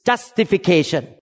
Justification